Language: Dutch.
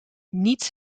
niets